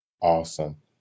awesome